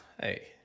hey